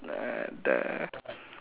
the